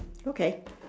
okay